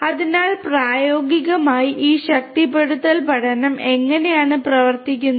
അതിനാൽ പ്രായോഗികമായി ഈ ശക്തിപ്പെടുത്തൽ പഠനം എങ്ങനെയാണ് പ്രവർത്തിക്കുന്നത്